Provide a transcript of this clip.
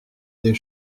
des